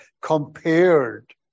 compared